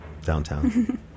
downtown